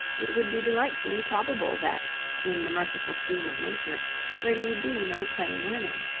it would be delightfully probable that in the merciful scheme of nature there need be no plain women.